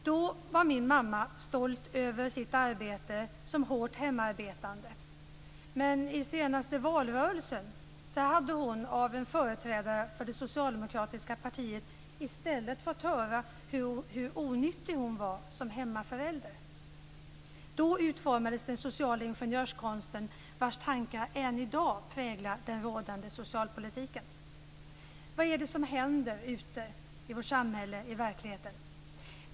Då var min mamma stolt över sitt arbete som hemarbetande, men i senaste valrörelsen fick hon i stället av en företrädare för det socialdemokratiska partiet höra hur onyttig hon var som hemmaförälder. Då utformades den sociala ingenjörskonst vars tankar än i dag präglar den rådande socialpolitiken. Vad är det som händer ute i samhället, ute i verkligheten?